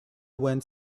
went